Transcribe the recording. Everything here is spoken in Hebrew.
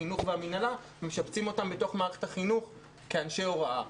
החינוך והמנהלה ומשבצים אותם בתוך מערכת החינוך כאנשי הוראה.